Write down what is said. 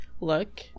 look